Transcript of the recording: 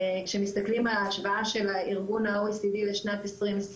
כשמסתכלים על ההשוואה של ארגון ה-OECD לשנת 2020,